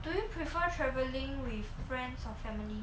you prefer travelling with friends or family